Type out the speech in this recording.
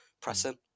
pressing